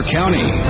county